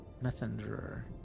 Messenger